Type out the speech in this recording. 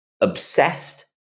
obsessed